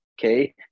Okay